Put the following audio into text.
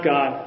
God